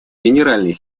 генеральный